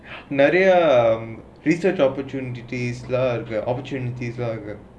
nadia um research opportunities lah opportunities lah